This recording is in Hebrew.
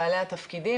בעלי התפקידים,